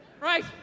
Right